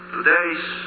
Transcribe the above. Today's